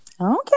Okay